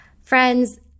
Friends